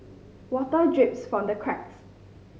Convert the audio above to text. water drips from the cracks